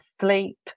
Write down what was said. sleep